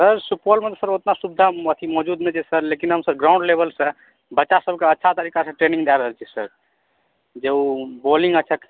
sir सुपौलमे तऽ sir ओतना सुविधा अथी मौजुद नहि छै सर लेकिन हमसभ ग्राउण्ड लेवलसँ बच्चासभकेँ अच्छा तरीकासँ ट्रेनिंग दए रहल छी सर जे ओ बॉलिंग अच्छा कए